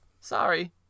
Sorry